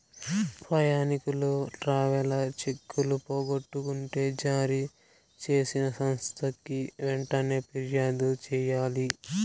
ప్రయాణికులు ట్రావెలర్ చెక్కులు పోగొట్టుకుంటే జారీ చేసిన సంస్థకి వెంటనే ఫిర్యాదు చెయ్యాలి